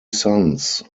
sons